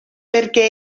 perquè